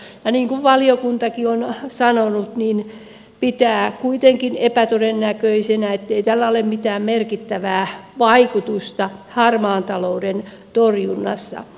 niin kuin valiokuntakin on sanonut niin se pitää kuitenkin epätodennäköisenä että tällä olisi mitään merkittävää vaikutusta harmaan talouden torjunnassa